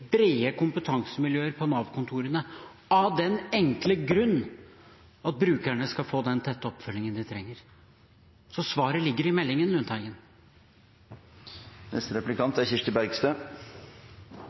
brede kompetansemiljøer på Nav-kontorene av den enkle grunn at brukerne skal få den tette oppfølgingen de trenger. Svaret ligger i meldingen.